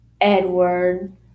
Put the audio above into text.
Edward